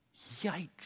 Yikes